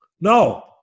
no